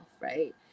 Right